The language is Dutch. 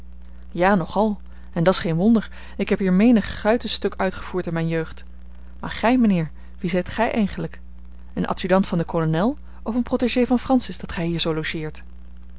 ja nogal en dat's geen wonder ik heb hier menig guitenstuk uitgevoerd in mijne jeugd maar gij mijnheer wie zijt gij eigenlijk een adjudant van den kolonel of een protégé van francis dat gij hier zoo logeert